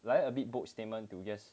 like a bit bold statement to just